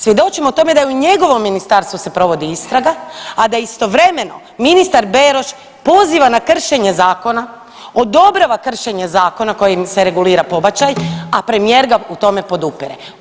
Svjedočimo tome da i u njegovom ministarstvu se provodi istraga, a da istovremeno ministar Beroš poziva na kršenje zakona, odobrava kršenje zakona kojim se regulira pobačaj, a premijer ga u tome podupire.